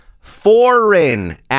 foreign